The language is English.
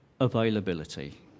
availability